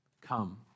Come